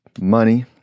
money